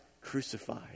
crucified